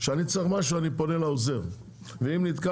כשאני צריך משהו אני פונה לעוזר ואם נתקע